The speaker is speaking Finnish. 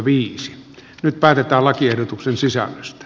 nyt päätetään lakiehdotuksen sisällöstä